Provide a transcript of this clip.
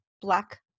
black